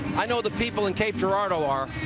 i know the people and cape girardeau are.